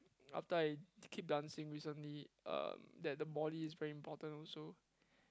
after i keep dancing recently um that the body is very important also